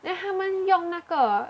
then 他们用那个